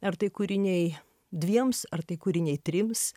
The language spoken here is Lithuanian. ar tai kūriniai dviems ar tai kūriniai trims